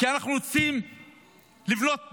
כי אנחנו רוצים לבנות בית,